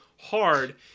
hard